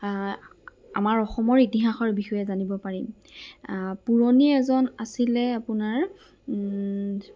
আ আমাৰ অসমৰ ইতিহাসৰ বিষয়ে জানিব পাৰিম আ পুৰণি এজন আছিলে আপোনাৰ